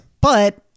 But-